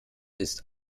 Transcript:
ist